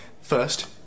First